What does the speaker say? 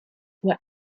were